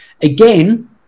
Again